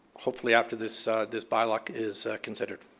hopefully after this ah this by law is considered.